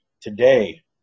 Today